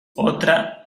otra